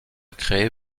créée